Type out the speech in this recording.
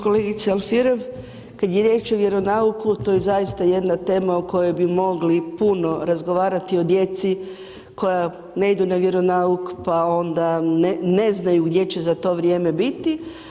Kolegice Alfirev, kad je riječ o vjeronauku, to je zaista jedna tema o kojoj bi mogli puno razgovarati o djeci koja ne idu na vjeronauk, pa onda ne znaju gdje će za to vrijeme biti.